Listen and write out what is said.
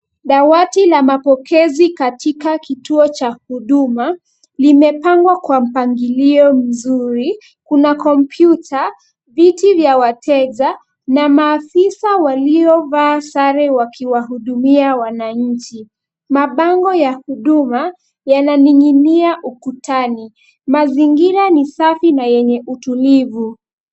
Dawati la mapokezi katika kituo cha huduma limepangwa kwa mpangilio mzuri. Kuna kompyuta, viti vya wateja na maafisa waliovaa sare wakiwahudumia wananchi. Mabango ya huduma yananing'inia ukutani. Mazingira ni safi na yenye utulivu.